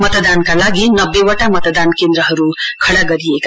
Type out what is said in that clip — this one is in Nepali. मतदानका लागि नब्बेवटा मतदान केन्द्रहरू खडा गरिएको